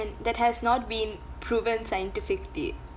and that has not been proven scientifically